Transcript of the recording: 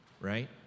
right